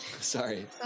Sorry